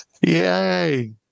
yay